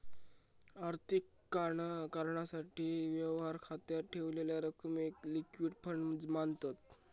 आर्थिक कारणासाठी, व्यवहार खात्यात ठेवलेल्या रकमेक लिक्विड फंड मांनतत